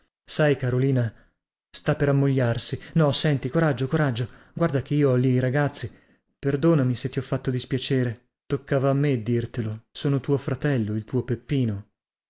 sai carolina sta per ammogliarsi no senti coraggio coraggio guarda che io ho lì i ragazzi perdonami se ti ho fatto dispiacere toccava a me a dirtelo sono tuo fratello il tuo peppino